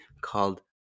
called